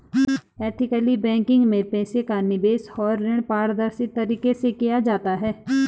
ethical banking में पैसे का निवेश और ऋण पारदर्शी तरीके से किया जाता है